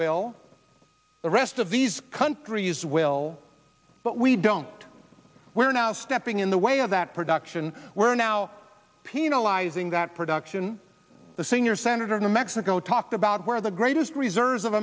will the rest of these countries will but we don't we're now stepping in the way of that production we're now penalizing that production the senior senator in the mexico talked about where the greatest reserves of